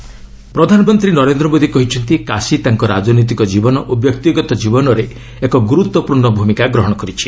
PM message ପ୍ରଧାନମନ୍ତ୍ରୀ ନରେନ୍ଦ୍ର ମୋଦି କହିଛନ୍ତି କାଶି ତାଙ୍କ ରାଜନୈତିକ ଜୀବନ ଓ ବ୍ୟକ୍ତିଗତ କ୍ରୀବନରେ ଏକ ଗୁରୁତ୍ୱପୂର୍ଷ ଭୂମିକା ଗ୍ରହଣ କରିଛି